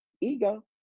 ego